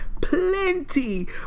plenty